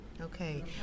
Okay